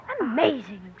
Amazing